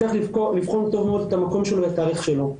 צריך לבחון טוב מאוד את המקום שלו ואת הערך שלו.